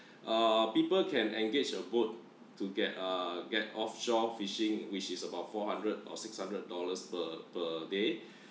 uh people can engage a boat to get uh get offshore fishing which is about four hundred or six hundred dollars per per day